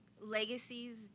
legacies